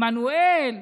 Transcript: עמנואל,